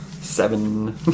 Seven